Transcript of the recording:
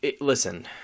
Listen